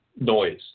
noise